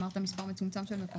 אמרת: מספר מצומצם של מקומות.